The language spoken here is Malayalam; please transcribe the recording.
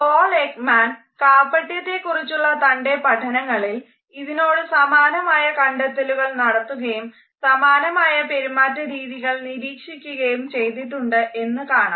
പോൾ എക്മാൻ കാപട്യത്തെക്കുറിച്ചുള്ള തൻ്റെ പഠനങ്ങളിൽ ഇതിനോട് സമാനമായ കണ്ടെത്തലുകൾ നടത്തുകയും സമാനമായ പെരുമാറ്റ രീതികൾ നിരീക്ഷിക്കുകയും ചെയ്തിട്ടുണ്ട് എന്ന് കാണാം